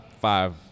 five